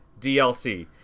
DLC